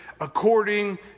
according